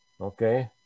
okay